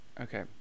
Okay